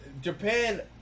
Japan